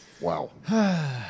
Wow